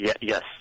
Yes